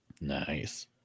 Nice